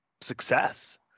success